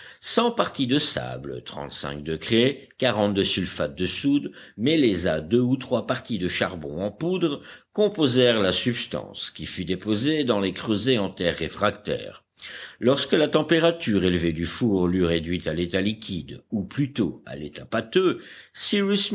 cent parties de sable trente-cinq de craie quarante de sulfate de soude mêlées à deux ou trois parties de charbon en poudre composèrent la substance qui fut déposée dans les creusets en terre réfractaire lorsque la température élevée du four l'eut réduite à l'état liquide ou plutôt à l'état pâteux